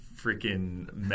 freaking